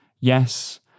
Yes